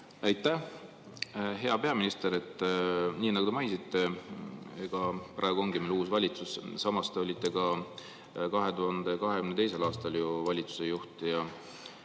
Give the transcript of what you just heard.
Aitäh! Hea peaminister! Nii nagu te mainisite, praegu ongi meil uus valitsus. Samas, te olite ju ka 2022. aastal valitsuse juht.